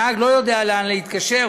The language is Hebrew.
הנהג לא יודע לאן להתקשר,